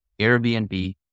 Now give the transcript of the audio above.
Airbnb